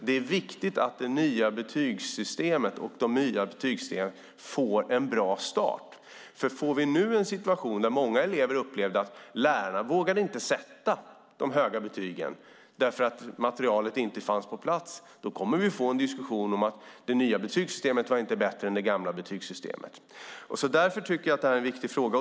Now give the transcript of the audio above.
Det är viktigt att det nya betygssystemet får en bra start. Får vi nu en situation där många elever upplever att lärarna inte vågar sätta de höga betygen för att materialet inte finns på plats kommer vi att få en diskussion om att det nya betygssystemet inte är bättre än det gamla. Därför tycker jag att det är en viktig fråga.